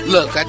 Look